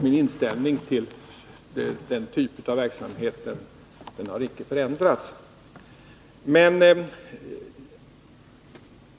Min inställning till den typen av verksamhet har icke förändrats.